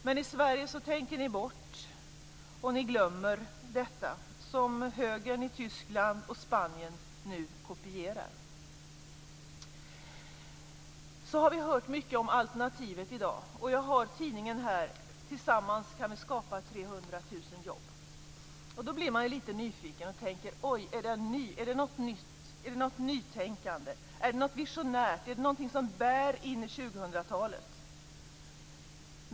Men i Sverige tänker ni bort och glömmer detta, som högern i Tyskland och Spanien nu kopierar. Vi har hört mycket om alternativet i dag. Jag har den tidning här där det står: Tillsammans kan vi skapa 300 000 jobb. Då blir man litet nyfiken och tänker: Oj, är det något nytänkande? Är det något visionärt? Är det något som bär in i 2000-talet?